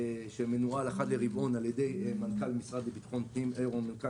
שמנוהל אחת לרבעון על ידי מנכ"ל המשרד לביטחון לאומי,